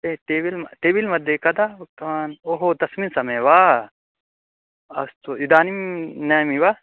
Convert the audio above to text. टे टेविल् टेविल्मध्ये कदा उक्तवान् ओहो तस्मिन् समये वा अस्तु इदानीं नयामि वा